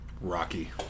Rocky